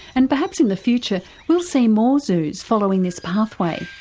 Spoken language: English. and perhaps in the future we'll see more zoos following this pathway.